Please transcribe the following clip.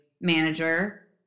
manager